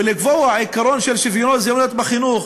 ולקבוע עיקרון של שוויון הזדמנויות בחינוך,